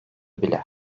bile